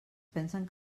pensen